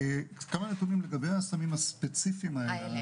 כמה נתונים לגבי הסמים הספציפיים האלה,